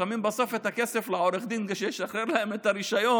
נותנים בסוף את הכסף לעורך דין כדי שישחרר להם את הרישיון,